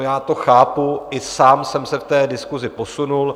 Já to chápu, i sám jsem se v té diskusi posunul.